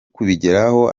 kubigeraho